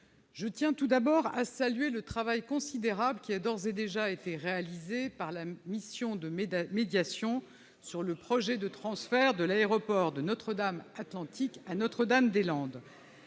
je tiens tout d'abord à saluer le travail considérable qui a d'ores et déjà, été réalisées par la mission de mes médiation sur le projet de transfert de l'aéroport de Notre-Dame Atlantique à Notre-Dame-des-Landes,